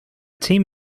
team